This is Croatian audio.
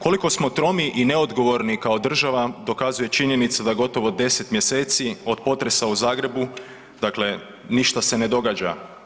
Koliko smo tromi i neodgovorni kao država dokazuje činjenica da gotovo 10 mjeseci od potresa u Zagrebu, dakle ništa se ne događa.